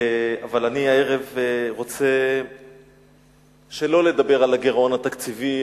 אבל הערב אני רוצה שלא לדבר על הגירעון התקציבי,